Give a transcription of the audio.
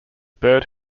bird